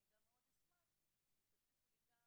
אני גם מאוד אשמח אם תציפו לי גם,